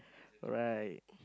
alright